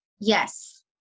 Yes